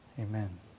Amen